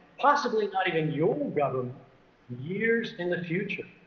possibly not even your government years in the future,